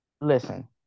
Listen